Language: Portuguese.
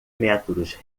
métodos